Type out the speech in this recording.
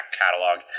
catalog